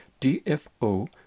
DFO